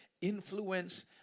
influence